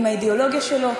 עם האידיאולוגיה שלו,